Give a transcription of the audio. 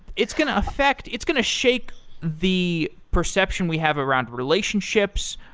it's going to affect it's going to shake the perception we have around relationships,